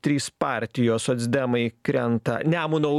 trys partijos socdemai krenta nemuno